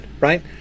right